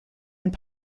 and